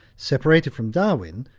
separated from darwin,